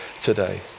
today